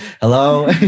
Hello